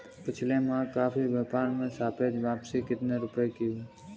पिछले माह कॉफी व्यापार में सापेक्ष वापसी कितने रुपए की हुई?